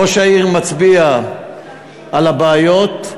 ראש העיר מצביע על הבעיות,